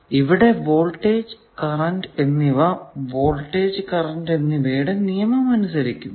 അതിനാൽ ഇവിടെ voltage current എന്നിവ വോൾടേജ് കറന്റ് എന്നിവയുടെ നിയമം അനുസരിക്കുന്നു